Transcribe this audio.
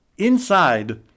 inside